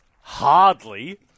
hardly